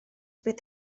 bydd